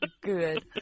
good